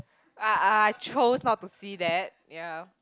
I I choose not to see that ya